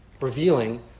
revealing